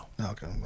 Okay